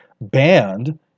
banned